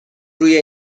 روی